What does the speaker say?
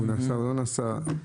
נסע, לא נסע.